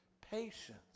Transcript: patience